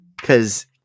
Cause